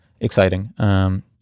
exciting